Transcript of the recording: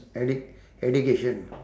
edu~ education